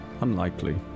Unlikely